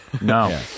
No